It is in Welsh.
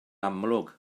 amlwg